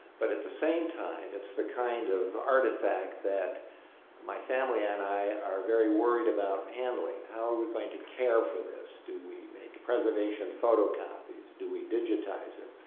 but at the same time it's the kind of artifact that my family and i are very worried about handling. how are we going to care for this, do we make preservation photocopies, do we digitize it,